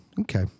Okay